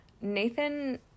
nathan